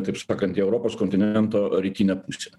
taip sakant į europos kontinento rytinę pusę